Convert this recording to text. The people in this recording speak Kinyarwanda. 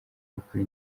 bakora